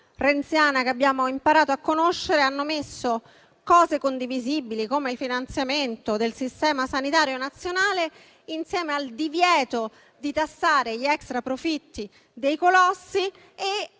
renziana che abbiamo imparato a conoscere, hanno messo cose condivisibili, come il finanziamento del Sistema sanitario nazionale, insieme al divieto di tassare gli extraprofitti dei colossi e